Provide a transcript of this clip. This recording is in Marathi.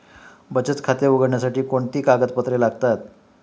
बचत खाते उघडण्यासाठी कोणती कागदपत्रे लागतात?